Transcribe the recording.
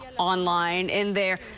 online in there.